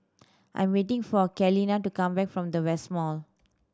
I'm waiting for Kaylene to come back from the West Mall